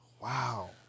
Wow